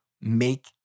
Make